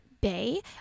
Bay